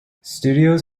studios